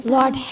Lord